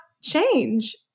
change